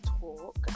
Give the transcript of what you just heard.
talk